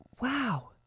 Wow